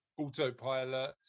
autopilot